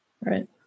Right